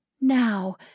Now